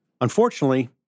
Unfortunately